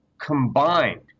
combined